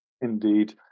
Indeed